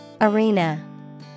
Arena